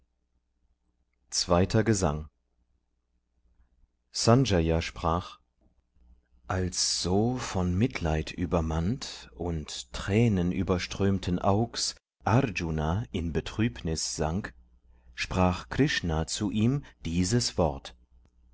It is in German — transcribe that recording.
zweiter gesang sanjaya sprach als so von mitleid übermannt und tränenüberströmten aug's arjuna in betrübnis sank sprach krishna zu ihm dieses wort